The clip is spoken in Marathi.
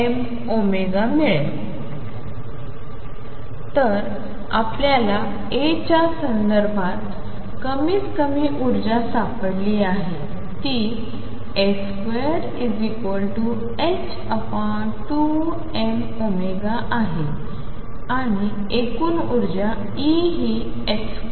तर आपल्याला a च्या संदर्भात कमीत कमी ऊर्जा सापडली आहे ती a22mωआहे आणि एकूण ऊर्जा E हि 28ma212m2a2